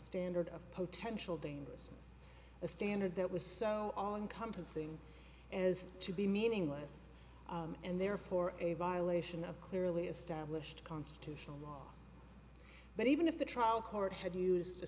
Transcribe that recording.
standard of potential dangerousness a standard that was so all encompassing as to be meaningless and therefore a violation of clearly established constitutional law but even if the trial court had used a